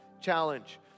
Challenge